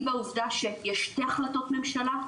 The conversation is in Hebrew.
היא בעובדה שיש שתי החלטות ממשלה,